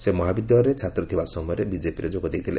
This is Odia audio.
ସେ ମହାବିଦ୍ୟାଳୟରେ ଛାତ୍ରଥିବା ସମୟରେ ବିଜେପିରେ ଯୋଗ ଦେଇଥିଲେ